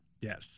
Yes